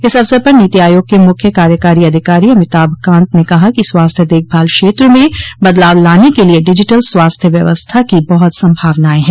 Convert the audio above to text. इस अवसर पर नीति आयोग के मुख्य कार्यकारी अधिकारी अमिताभ कांत ने कहा कि स्वास्थ्य देखभाल क्षेत्र में बदलाव लाने के लिए डिजिटल स्वास्थ्य व्यवस्था की बहुत संभावनाएं हैं